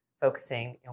focusing